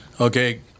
Okay